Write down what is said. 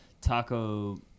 taco